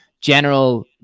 general